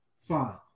Fine